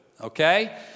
okay